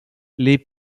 les